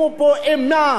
יטילו פה אימה,